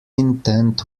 intent